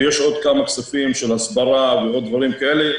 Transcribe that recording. ויש עוד כמה כספים של הסברה ועוד דברים כאלה.